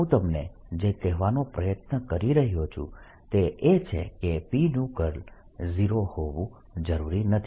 હું તમને જે કહેવાનો પ્રયત્ન કરી રહ્યો છું તે એ છે કે P નું કર્લ 0 હોવું જરૂરી નથી